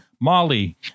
Molly